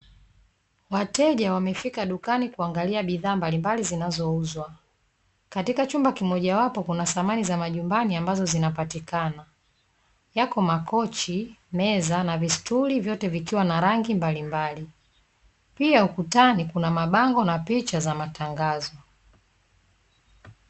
Wateja wamefika dukani kuangalia bidhaa mbalimbali zinazouzwa. Katika chumba kimojawapo kuna samani za majumbani ambazo zinapatikana. Yako makochi, meza na vistuli, vyote vikiwa na rangi mbalimbali. Pia ukutani kuna mabango na picha za matangazo.